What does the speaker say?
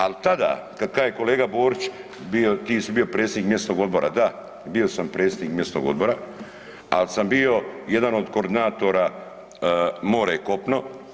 Ali tada kad kaže kolega Borić ti si bio predsjednik mjesnog odbora, da bio sam predsjednik mjesnog odbora ali sam bio jedan od koordinatora more – kopno.